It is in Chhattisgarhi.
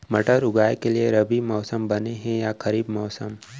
मटर उगाए के लिए रबि मौसम बने हे या खरीफ मौसम?